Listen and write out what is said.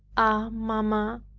ah, mamma,